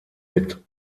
mit